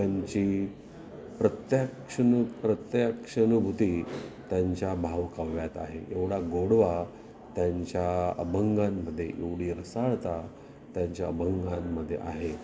त्यांची प्रत्याक्षनु प्रत्यक्षानुभूती त्यांच्या भावकाव्यात आहे एवढा गोडवा त्यांच्या अभंगांमध्ये एवढी रसाळता त्यांच्या अभंगांमध्ये आहे